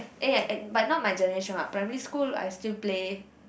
eh but not my generation what primary school I still play